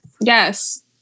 Yes